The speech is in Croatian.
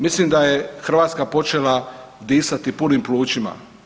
Mislim da je Hrvatska počela disati punim plućima.